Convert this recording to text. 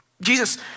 Jesus